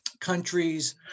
countries